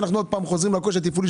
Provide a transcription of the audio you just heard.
אנחנו עוד פעם חוזרים לקושי התפעולי,